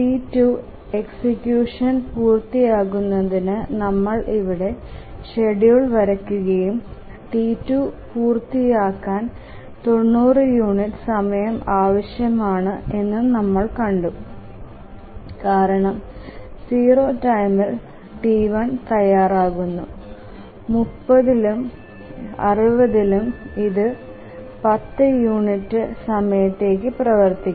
T2 execution പൂർത്തിയാക്കുന്നതിന് നമ്മൾ ഇവിടെ ഷെഡ്യൂൾ വരയ്ക്കുകയും T2 പൂർത്തിയാക്കാൻ 90 യൂണിറ്റ് സമയം ആവശ്യമാണ് എന്നും നമ്മൾ കണ്ടു കാരണം 0 ടൈമിൽ T1 തയ്യാറാകുന്നു 30ഇലും 60ഇലും ഇത് 10 യൂണിറ്റ് സമയത്തേക്ക് പ്രവർത്തിക്കും